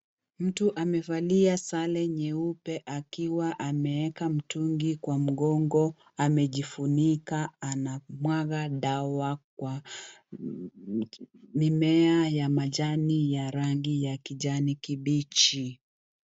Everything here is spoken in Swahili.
Mtu amevalia zare nyeupe akiwa ameweka mtungi kwa mgongo amejifunika, anamwaga dawa kwa mimmea ya majani ya rangi ya kijani kibichi.